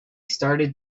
started